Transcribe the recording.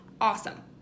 awesome